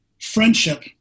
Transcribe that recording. friendship